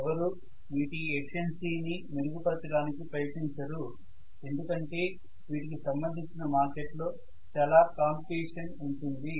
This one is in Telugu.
ఎవరూ వీటి ఎఫిషియన్సీని మెరుగు పరచడానికి ప్రయత్నించరు ఎందుకంటే వీటికి సంబంధించిన మార్కెట్ లో చాలా కాంపిటేషన్ ఉంటుంది